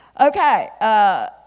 Okay